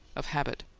of habit.